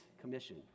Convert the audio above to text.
commission